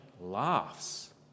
laughs